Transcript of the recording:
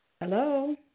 Hello